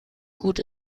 gut